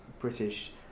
British